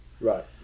right